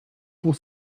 pour